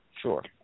Sure